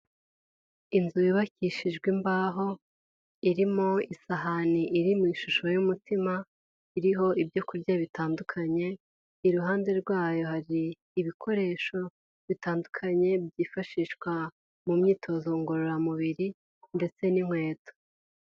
Inzu yubakishijwe imbaho irimo isahani iri mu ishusho y'umutima iriho ibyo kurya bitandukanye, iruhande rwayo hari ibikoresho bitandukanye byifashishwa mu myitozo ngororamubiri ndetse n'inkweto.